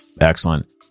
excellent